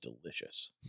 delicious